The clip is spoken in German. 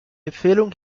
empfehlung